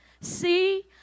See